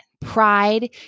Pride